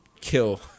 kill